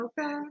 Okay